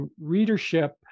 readership